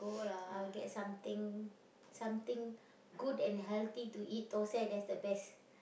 I will get something something good and healthy to eat thosai that's the best